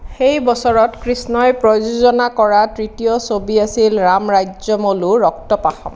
সেই বছৰত কৃষ্ণই প্ৰযোজনা কৰা তৃতীয় ছবি আছিল ৰাম ৰাজ্যমলু ৰক্ত পাসম